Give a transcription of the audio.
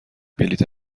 بلیط